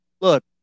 look